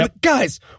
Guys